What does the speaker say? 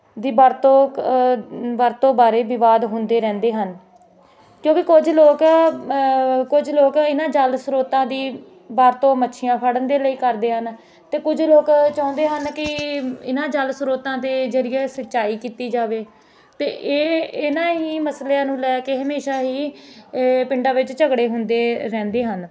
ਦੀ ਵਰਤੋਂ ਕ ਵਰਤੋਂ ਬਾਰੇ ਵਿਵਾਦ ਹੁੰਦੇ ਰਹਿੰਦੇ ਹਨ ਕਿਉਂਕਿ ਕੁਝ ਲੋਕ ਕੁਝ ਲੋਕ ਇਹਨਾਂ ਜਲ ਸਰੋਤਾਂ ਦੀ ਵਰਤੋਂ ਮੱਛੀਆਂ ਫੜਨ ਦੇ ਲਈ ਕਰਦੇ ਹਨ ਅਤੇ ਕੁਝ ਲੋਕ ਚਾਹੁੰਦੇ ਹਨ ਕਿ ਇਹਨਾਂ ਜਲ ਸਰੋਤਾਂ ਦੇ ਜ਼ਰੀਏ ਸਿੰਚਾਈ ਕੀਤੀ ਜਾਵੇ ਅਤੇ ਇਹ ਇਹਨਾਂ ਹੀ ਮਸਲਿਆਂ ਨੂੰ ਲੈ ਕੇ ਹਮੇਸ਼ਾ ਹੀ ਪਿੰਡਾਂ ਵਿੱਚ ਝਗੜੇ ਹੁੰਦੇ ਰਹਿੰਦੇ ਹਨ